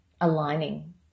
aligning